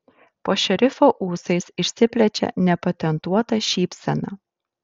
po šerifo ūsais išsiplečia nepatentuota šypsena